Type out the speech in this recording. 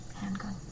handgun